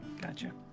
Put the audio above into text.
Gotcha